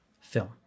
film